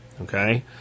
Okay